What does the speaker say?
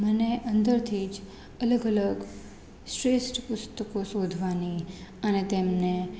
મને અંદરથી જ અલગ અલગ શ્રેષ્ઠ પુસ્તકો શોધવાની અને તેમને